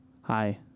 hi